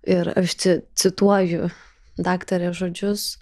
ir aš ci cituoju daktarės žodžius